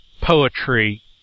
poetry